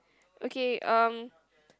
okay um